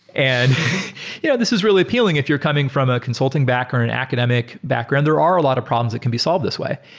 and yeah this is really appealing if you're coming from a consulting back or an academic background. there are a lot of problems that can be solved this way.